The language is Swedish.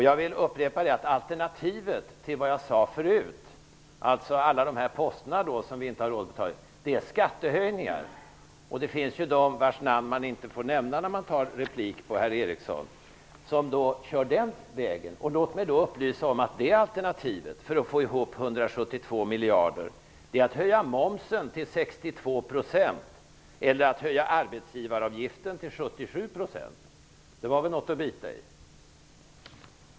Jag vill upprepa att alternativet till det jag sade förut, när jag talade om alla de poster som vi inte har råd med, är skattehöjningar. Det finns de vars namn man inte får nämna när man tar replik på herr Eriksson som kör den vägen. Låt mig då upplysa om att om man med det alternativet skall få ihop 172 miljarder får man höja momsen till 62 % eller höja arbetsgivaravgiften till 77 %. Det var väl något att bita i?